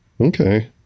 Okay